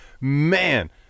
man